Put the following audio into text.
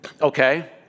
Okay